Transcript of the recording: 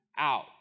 out